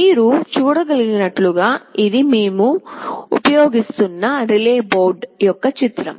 మీరు చూడగలిగినట్లుగా ఇది మేము ఉపయోగిస్తున్న రిలే బోర్డు యొక్క చిత్రం